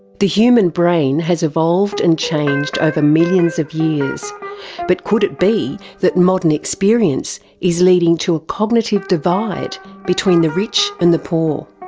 the human brain has evolved and changed over millions of years but could it be that modern experience is leading to a cognitive divide between the rich and the poor?